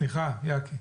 סליחה, יקי.